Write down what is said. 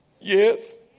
Yes